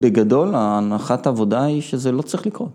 בגדול ההנחת העבודה היא שזה לא צריך לקרות.